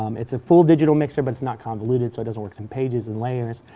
um it's a full digital mixer but it's not convoluted so it doesn't work in pages and layers,